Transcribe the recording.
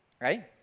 Right